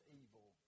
evil